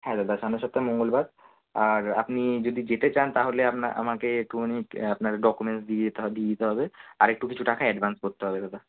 হ্যাঁ দাদা সামনের সপ্তায়ে মঙ্গলবার আর আপনি যদি যেতে চান তাহলে আপনার আমাকে একটুখানি আপনার ডকুমেন্টস দিয়ে যেতে হবে দিয়ে যেতে হবে আর একটু কিছু টাকা অ্যাডভান্স করতে হবে দাদা